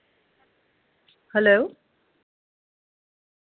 hello